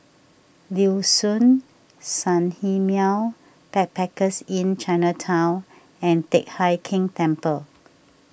Liuxun Sanhemiao Backpackers Inn Chinatown and Teck Hai Keng Temple